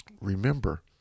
Remember